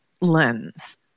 lens